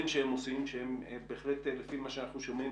שהם עושים בהחלט לפי מה שאנחנו שומעים,